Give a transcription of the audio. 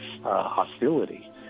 hostility